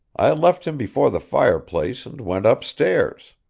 i left him before the fireplace, and went upstairs.